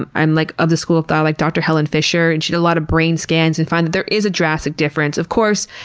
i'm like of the school thought like, dr. helen fisher, and she did a lot of brain scans and found that there is a drastic difference. of course,